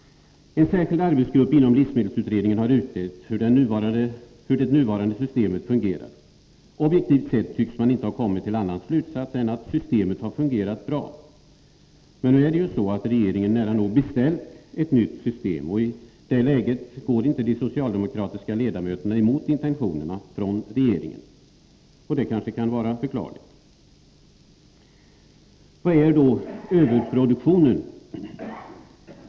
En särskild arbetsgrupp inom livsmedelsutredningen har utrett hur det nuvarande systemet fungerar. Objektivt sett tycks man inte ha kommit till annan slutsats än att systemet har fungerat bra. Men nu är det ju så att regeringen nära nog beställt ett nytt system. I det läget går inte de socialdemokratiska ledamöterna emot intentionerna från regeringen, och det kan kanske vara förklarligt. Vari består överproduktionen?